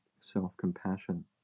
self-compassion